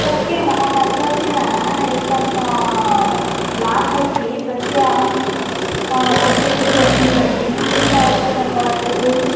सत्यमहम् अत्रत्यम् एकं ल्लाट् अस्ति तस्य अहं सेक्युलिटि अस्मि भगिनि किम् अवश्यकं भवति